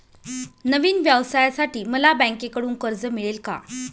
नवीन व्यवसायासाठी मला बँकेकडून कर्ज मिळेल का?